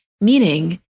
meaning